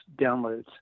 downloads